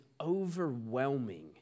overwhelming